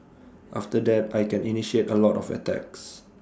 after that I can initiate A lot of attacks